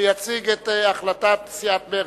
שיציג את הצעת ההחלטה של סיעת מרצ.